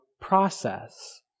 process